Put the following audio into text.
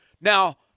now